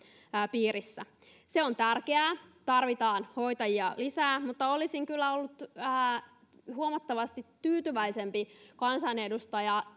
piirissä se on tärkeää tarvitaan hoitajia lisää mutta olisin kyllä ollut huomattavasti tyytyväisempi kansanedustaja